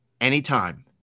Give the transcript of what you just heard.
anytime